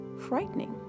frightening